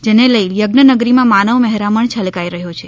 જેને લઈ યજ્ઞનગરીમાં માનવ મહેરામણ છલકાઈ રહ્યો છે